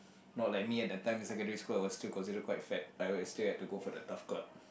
not like me at that time in secondary school I was still considered quite fat I I still had to go for the T_A_F club